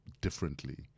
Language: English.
differently